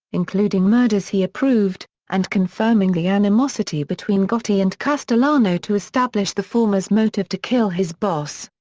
including murders he approved, and confirming the animosity between gotti and castellano to establish the former's motive to kill his boss.